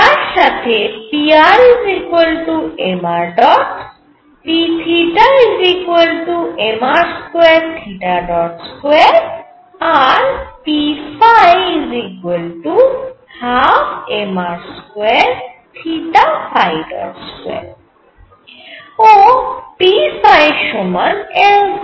তার সাথে prmr pmr22 আর p12mr22 ও p সমান Lz